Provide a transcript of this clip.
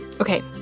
Okay